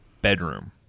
bedroom